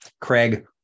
Craig